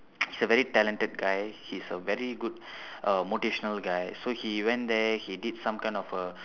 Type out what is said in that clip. he's a very talented guy he's a very good uh motivational guy so he went there he did some kind of a